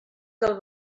del